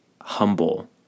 humble